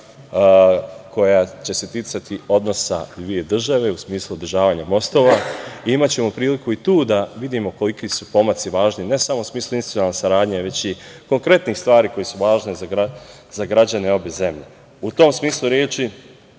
koja će se ticati odnosa dve države, u smislu održavanja mostova, i imaćemo priliku i tu da vidimo koliki su pomaci važni, ne samo u smislu inicijalne saradnje, već i konkretnih stvari koji su važne za građane obe zemlje.U tom smislu reči,